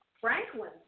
Franklin